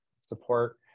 support